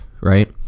right